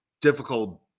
difficult